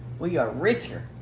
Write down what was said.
we got richer.